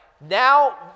Now